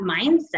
mindset